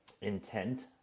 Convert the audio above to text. intent